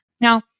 Now